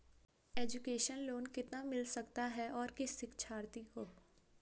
Education loan कितना मिल सकता है और किस शिक्षार्थी को?